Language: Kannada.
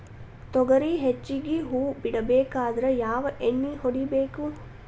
ತೊಗರಿ ಹೆಚ್ಚಿಗಿ ಹೂವ ಬಿಡಬೇಕಾದ್ರ ಯಾವ ಎಣ್ಣಿ ಹೊಡಿಬೇಕು?